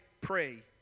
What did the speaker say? pray